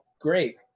great